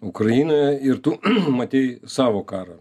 ukrainoje ir tu matei savo karą